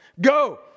go